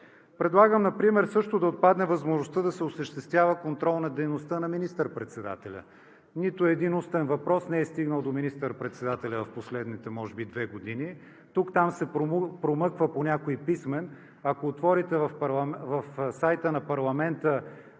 Предлагам например също да отпадне възможността да се осъществява контрол над дейността на министър-председателя. Нито един устен въпрос не е стигнал до министър-председателя от последните може би две години. Тук-там се промъква по някой писмен. Ако отворите в сайта на парламента: